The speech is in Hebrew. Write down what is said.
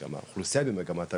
וגם האוכלוסייה היא במגמת עלייה,